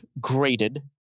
Graded